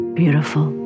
beautiful